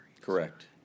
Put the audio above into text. Correct